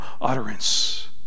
utterance